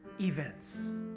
events